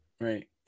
Right